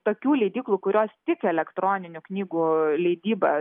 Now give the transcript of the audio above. tokių leidyklų kurios tik elektroninių knygų leidybą